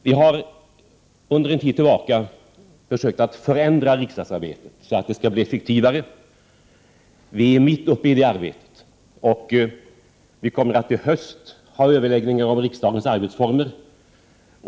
Vi har sedan en tid tillbaka försökt förändra riksdagsarbetet så att det skall bli effektivare. Vi är mitt uppe i det arbetet. Till hösten kommer vi att ha överläggningar om riksdagens arbetsformer.